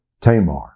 Tamar